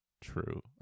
true